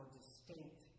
distinct